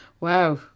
wow